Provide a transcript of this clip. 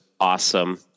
Awesome